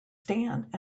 stand